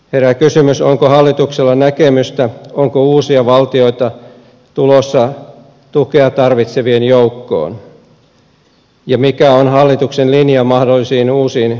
herää kysymys onko hallituksella näkemystä siitä onko uusia valtioita tulossa tukea tarvitsevien joukkoon ja mikä on hallituksen linja mahdollisiin uusiin tukipaketteihin